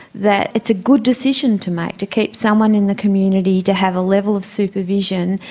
that it's a good decision to make to keep someone in the community, to have a level of supervision,